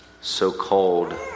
so-called